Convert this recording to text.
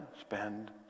spend